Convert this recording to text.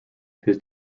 his